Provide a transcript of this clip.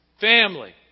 family